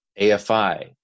afi